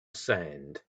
sand